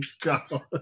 God